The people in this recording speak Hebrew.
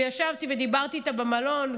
וישבתי ודיברתי איתה במלון,